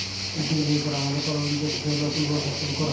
উদ্যগ লিয়ে ক্যরা মালে কল লিজে থ্যাইকে লতুল ব্যবসা শুরু ক্যরা